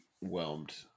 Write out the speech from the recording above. whelmed